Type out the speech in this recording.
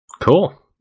Cool